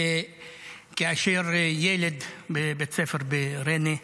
כאשר ילד בבית ספר בריינה נפטר,